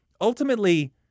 Ultimately